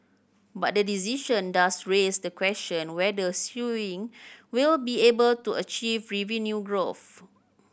but the decision does raise the question whether Sewing will be able to achieve revenue growth